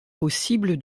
possible